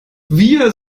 wir